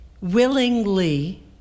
willingly